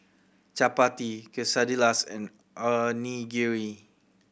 Chapati Quesadillas and Onigiri